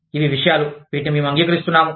ఇవి విషయాలు వీటిని మేము అంగీకరిస్తున్నాము